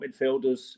midfielders